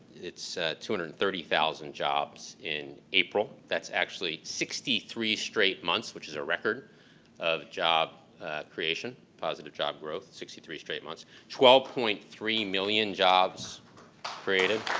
it's two hundred and thirty thousand jobs in april. that's actually sixty three straight months which is a record of job creation, positive job growth, sixty three straight months twelve point three million created.